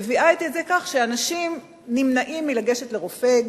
מביאים לידי כך שאנשים נמנעים מלגשת לרופא.